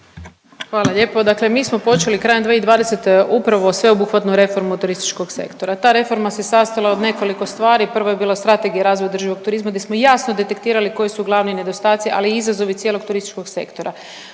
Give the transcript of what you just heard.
Hvala lijepo. Dakle mi smo počeli krajem 2020. upravo sveobuhvatnu reformu turističkog sektora. Ta reforma se sastojala od nekoliko stvari, prva je bila Strategija razvoja održivog turizma di smo jasno detektirali koji su glavni nedostaci, ali i izazovi cijelog turističkog sektora.